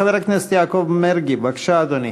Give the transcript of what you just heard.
חבר הכנסת יעקב מרגי, בבקשה, אדוני.